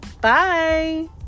Bye